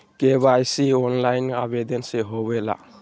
KYC online आवेदन से होवे ला?